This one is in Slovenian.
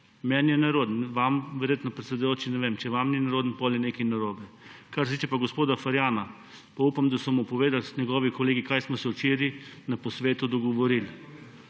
Meni je nerodno. Vam verjetno, predsedujoči, ne vem; če vam ni nerodno, potem je nekaj narobe. Kar se tiče pa gospoda Ferjana, pa upam, da so mu povedali njegovi kolegi, kaj smo se včeraj na posvetu dogovorili.